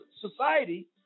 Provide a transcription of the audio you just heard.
society